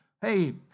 Hey